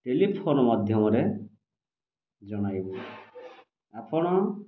telephone ମାଧ୍ୟମରେ ଜଣାଇବେ ଆପଣ